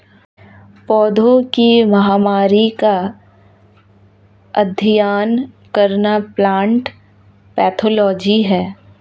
पौधों की महामारी का अध्ययन करना प्लांट पैथोलॉजी है